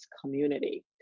community